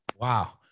Wow